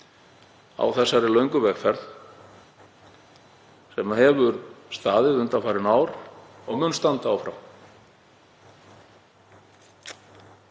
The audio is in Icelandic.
á þessari löngu vegferð sem hefur staðið undanfarin ár og mun standa áfram.